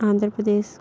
Andhra Pradesh